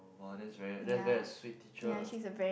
!wah! that's very that's very a sweet teacher ah